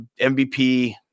MVP